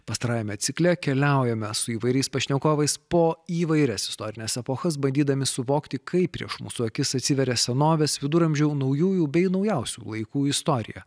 pastarajame cikle keliaujame su įvairiais pašnekovais po įvairias istorines epochas bandydami suvokti kaip prieš mūsų akis atsiveria senovės viduramžių naujųjų bei naujausių laikų istorija